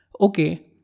okay